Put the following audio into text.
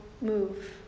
move